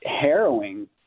harrowing